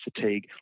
fatigue